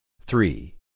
Three